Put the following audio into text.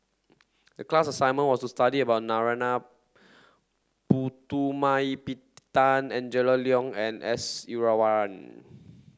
the class assignment was to study about Narana Putumaippittan Angela Liong and S